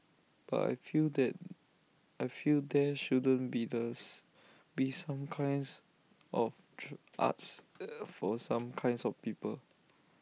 but I feel that I feel there shouldn't be be some kinds of true arts for some kinds of people